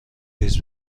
تیز